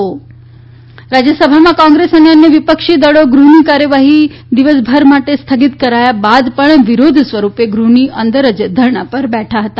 વિપક્ષ રાજયસભા રાજયસભામાં કોંગ્રેસ અને અન્ય વીપક્ષી દળો ગૃહની કાર્યવાહી દિવસભર માટે સ્થગિત કરાયા બાદ પણ વિરોધ સ્વરૂપે ગૃહની અંદર જ ધરણાએ બેઠા હતા